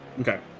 Okay